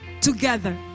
together